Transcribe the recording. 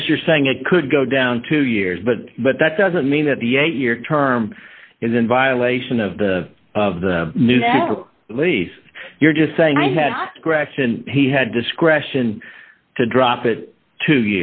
guess you're saying it could go down two years but but that doesn't mean that the eight year term is in violation of the new that lease you're just saying i said grafton he had discretion to drop it two